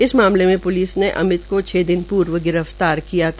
इस मामले में प्लिस ने अमित को छ दिन पूर्व गिरफ्तार किया था